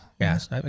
Yes